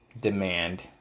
demand